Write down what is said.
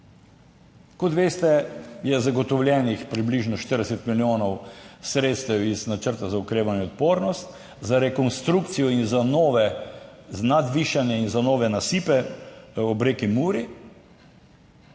Kot veste, je zagotovljenih približno 40 milijonov sredstev iz načrta za okrevanje in odpornost za rekonstrukcijo in za nove nadvišanje in za nove nasipe ob reki Muri